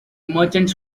merchants